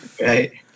right